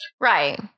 Right